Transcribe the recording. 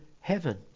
heaven